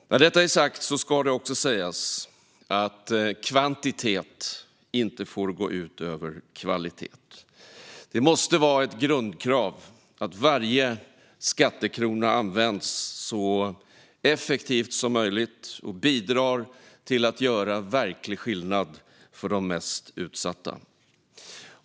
När detta är sagt ska det också sägas att kvantitet inte får gå ut över kvalitet. Det måste vara ett grundkrav att varje skattekrona användas så effektivt som möjligt och bidrar till att göra verklig skillnad för de mest utsatta.